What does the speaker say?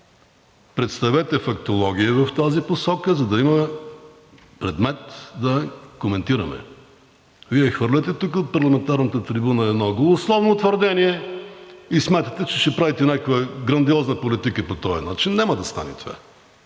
Представете фактология в тази посока, за да има предмет да коментираме. Вие хвърляте от парламентарната трибуна едно голословно твърдение и смятате, че ще направите грандиозна политика. По този начин няма да стане това!